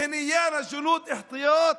הם רוצים אותנו ככוח מילואים